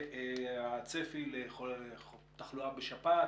והצפי לתחלואה בשפעת,